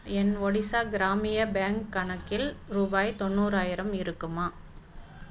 என் ஒடிஷா கிராமிய பேங்க் கணக்கில் ரூபாய் தொண்ணூறாயிரம் இருக்குமா